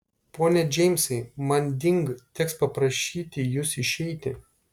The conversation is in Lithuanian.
pone džeimsai manding teks paprašyti jus išeiti